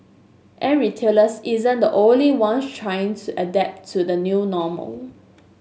and retailers isn't the only one trying to adapt to the new normal